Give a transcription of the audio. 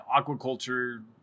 aquaculture